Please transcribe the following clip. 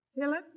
Philip